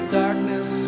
darkness